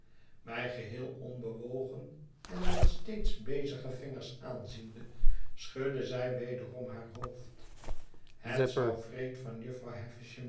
mij geheel onbewogen en met steeds bezige vingers aanziende schudde zij wederom haar hoofd het zou wreed van jufvrouw